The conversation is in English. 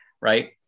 right